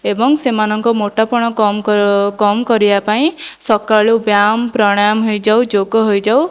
ଏବଂ ସେମାନଙ୍କ ମୋଟାପଣ କମ୍ କମ୍ କରିବା ପାଇଁ ସକାଳୁ ବ୍ୟାୟାମ ପ୍ରଣାମ ହେଇଯାଉ ଯୋଗ ହୋଇଯାଉ